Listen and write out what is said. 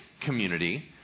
community